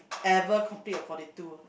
ever complete a forty two